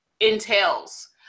entails